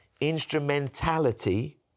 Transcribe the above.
instrumentality